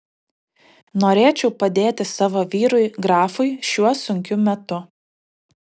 norėčiau padėti savo vyrui grafui šiuo sunkiu metu